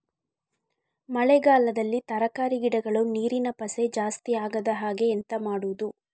ಮಳೆಗಾಲದಲ್ಲಿ ತರಕಾರಿ ಗಿಡಗಳು ನೀರಿನ ಪಸೆ ಜಾಸ್ತಿ ಆಗದಹಾಗೆ ಎಂತ ಮಾಡುದು?